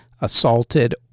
assaulted